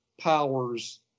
powers